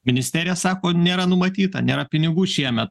ministerija sako nėra numatyta nėra pinigų šiemet